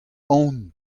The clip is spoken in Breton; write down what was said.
aon